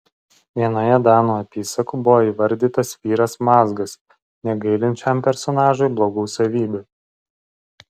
vienoje danų apysakų buvo įvardytas vyras mazgas negailint šiam personažui blogų savybių